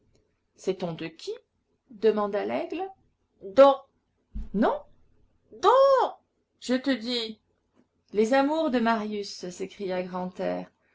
aboureux sait-on de qui demanda laigle don non don je te dis les amours de marius s'écria grantaire